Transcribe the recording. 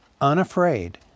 Unafraid